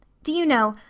do you know,